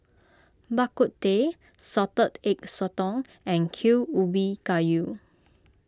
Bak Kut Teh Salted Egg Sotong and Kuih Ubi Kayu